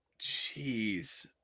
Jeez